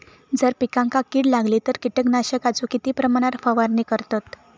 जर पिकांका कीड लागली तर कीटकनाशकाचो किती प्रमाणावर फवारणी करतत?